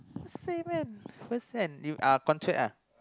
concert ah